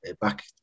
back